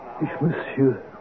monsieur